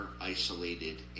isolated